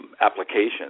Applications